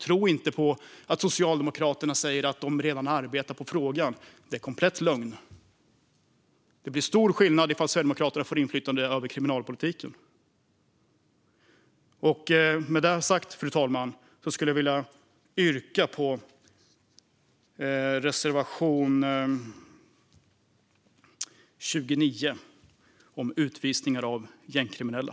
Tro inte på Socialdemokraterna när de säger att de redan arbetar med frågan; det är en komplett lögn! Det blir stor skillnad om Sverigedemokraterna får inflytande över kriminalpolitiken. Med detta sagt, fru talman, skulle jag vilja yrka bifall till reservation 29, om utvisningar av gängkriminella.